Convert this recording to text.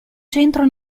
centro